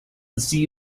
see